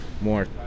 more